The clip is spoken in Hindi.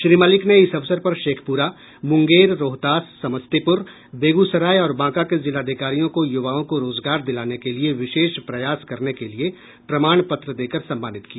श्री मलिक ने इस अवसर पर शेखपुरा मुंगेर रोहतास समस्तीपुर बेगूसराय और बांका के जिलाधिकारियों को युवाओं को रोजगार दिलाने के लिए विशेष प्रयास करने के लिए प्रमाण पत्र देकर सम्मानित किया